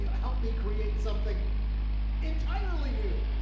you know helped me create something entirely new.